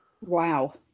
Wow